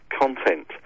content